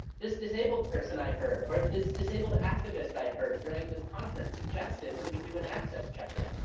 this disabled person i heard or this disabled activist i heard during this conference suggested that we do an access check-in,